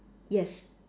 yes